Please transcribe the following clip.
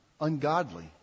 Ungodly